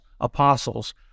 apostles